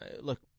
look